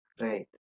Right